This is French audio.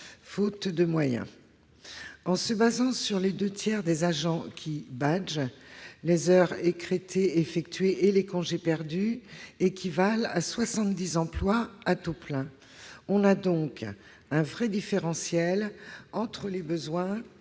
faute de moyens. En se basant sur les deux tiers des agents qui « badgent », les heures écrêtées effectuées et les congés perdus représentent 70 emplois à temps plein. Il existe donc un vrai différentiel entre les besoins